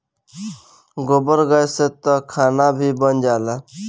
गोबर गैस से तअ खाना भी बन जाला